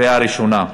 בקריאה ראשונה.